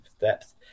depth